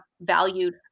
valued